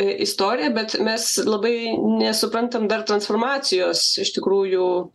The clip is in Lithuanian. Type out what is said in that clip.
istorija bet mes labai nesuprantam dar transformacijos iš tikrųjų